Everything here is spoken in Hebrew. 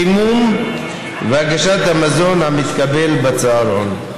חימום והגשת המזון המתקבל בצהרון,